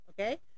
okay